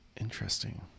interesting